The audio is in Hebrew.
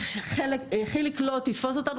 חיליק לא תתפוס אותנו.